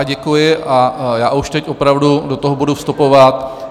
Děkuji a já už teď opravdu do toho budu vstupovat.